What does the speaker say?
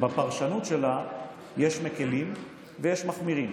בפרשנות שלה יש מקילים ויש מחמירים.